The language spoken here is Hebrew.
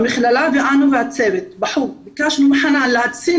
במכללה ואנו בצוות בחוג ביקשנו מחנאן להציל